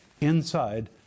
inside